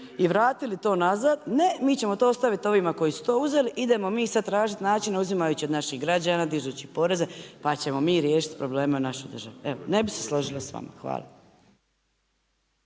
i vratili to nazad, ne mi ćemo to ostaviti ovima koji su to uzeli, idemo mi sad tražit načina uzimajući od naših građana, dižući poreze, pa ćemo mi riješiti probleme u našoj državi. Evo, ne bi se složila s vama. Hvala.